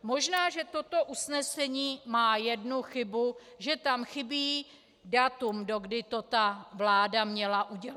Možná že toto usnesení má jednu chybu, že tam chybí datum, dokdy to ta vláda měla udělat.